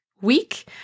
week